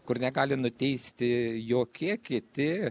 kur negali nuteisti jokie kiti